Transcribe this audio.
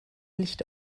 licht